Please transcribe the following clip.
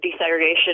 desegregation